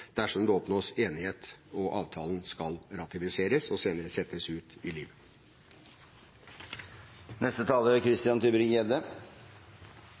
dersom det oppnås enighet og avtalen skal ratifiseres og senere settes ut i